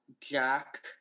Jack